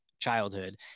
childhood